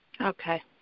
Okay